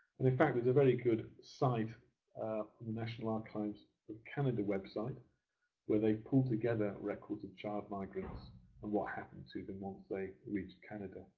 and in fact, there's a very good site from the national archives of canada website where they've pulled together records of child migrants and what happened to them once they reached canada.